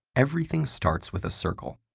everything starts with a circle.